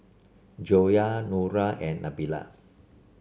Joyah Nura and Nabila